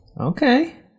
Okay